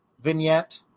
vignette